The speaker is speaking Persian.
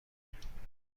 کنیم